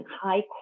high